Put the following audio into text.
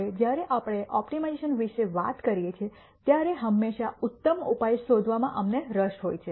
હવે જ્યારે આપણે ઓપ્ટિમાઇઝેશન વિશે વાત કરીએ છીએ ત્યારે હંમેશાં ઉત્તમ ઉપાય શોધવામાં અમને રસ હોય છે